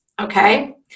Okay